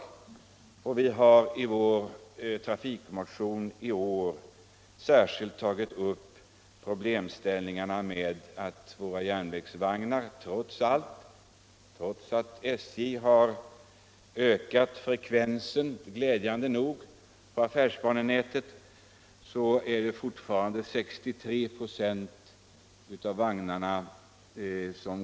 Och vi har i vår trafikmotion i år tagit upp problemet att 63 96 av SJ:s järnvägsvagnar fortfarande går tomma, trots att frekvensen på affärsbanenätet glädjande nog har ökat.